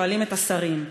שואלים את השרים.